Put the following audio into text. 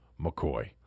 McCoy